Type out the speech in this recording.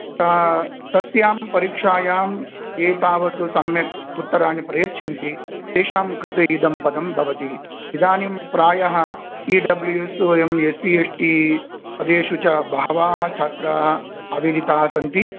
तस्यां परीक्षायां ये तावत् सम्यक् उत्तराणि प्रयच्छन्ति तेषां कृते इदं पदं भवति इदानीं प्रायः इ डब्ल्यू एस् वयम् एस् एस्सि एस् टि येषु च बहवः छात्राः आवेदिताः सन्ति